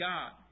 God